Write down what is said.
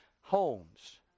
homes